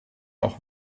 auch